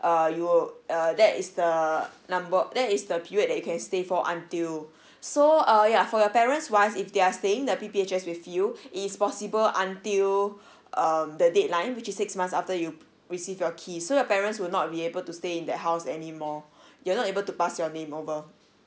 uh you uh that is the number that is the period that you can stay for until so uh yeah for your parents wise if they are staying the P_P_H_S with you it's possible until um the deadline which is six months after you received your key so your parents will not be able to stay in that house anymore you're not able to pass your name over